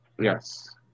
yes